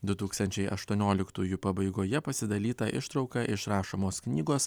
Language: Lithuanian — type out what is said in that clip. du tūkstančiai aštuonioliktųjų pabaigoje pasidalyta ištrauka iš rašomos knygos